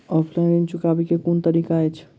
Offline ऋण चुकाबै केँ केँ कुन तरीका अछि?